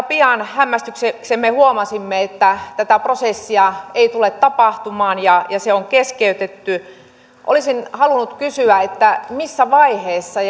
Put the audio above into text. pian hämmästykseksemme huomasimme että tätä prosessia ei tule tapahtumaan ja se on keskeytetty olisin halunnut kysyä missä vaiheessa